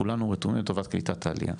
כולנו רתומים לטובת קליטת העלייה.